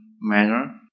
manner